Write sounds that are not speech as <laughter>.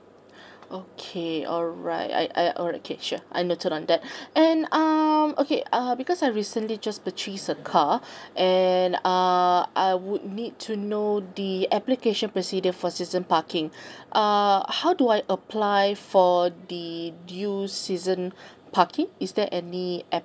<breath> okay alright I I alright K sure I've noted on that <breath> and um okay uh because I recently just purchased a car <breath> and uh I would need to know the application procedure for season parking <breath> err how do I apply for the due <breath> season parking is there any application